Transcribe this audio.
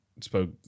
spoke